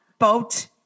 boat